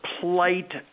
plight